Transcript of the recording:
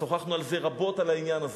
שוחחנו רבות על העניין הזה,